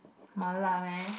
mala meh